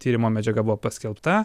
tyrimo medžiaga buvo paskelbta